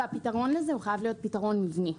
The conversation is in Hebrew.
והפתרון לזה הוא חייב להיות פתרון מבני.